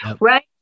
right